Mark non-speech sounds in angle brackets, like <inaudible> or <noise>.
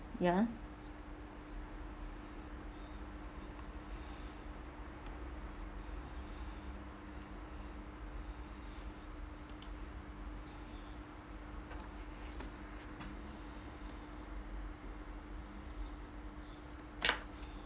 ya <noise>